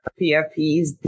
PFPs